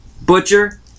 butcher